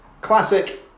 Classic